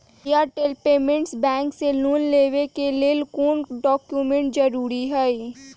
Airtel payments bank से loan लेवे के ले कौन कौन डॉक्यूमेंट जरुरी होइ?